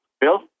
Bill